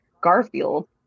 Garfield